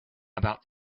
about